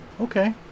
Okay